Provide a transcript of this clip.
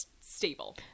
stable